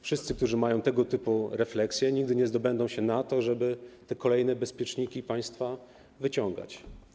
Wszyscy, którzy mają tego typu refleksję, nigdy nie zdobędą się na to, żeby te kolejne bezpieczniki państwa wyciągać.